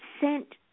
sent